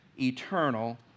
eternal